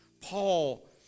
Paul